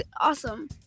awesome